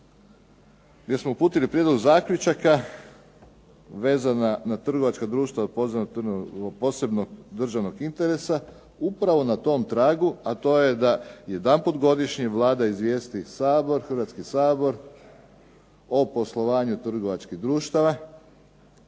gdje smo uputili prijedlog zaključaka vezna na trgovačka društva od posebnog državnog interesa upravo na tom tragu, a to je da jedanput godišnje Vlada izvijesti Hrvatski sabor o poslovanju trgovačkih društava